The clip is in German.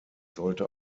sollte